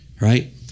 right